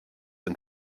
and